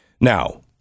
Now